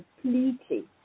completely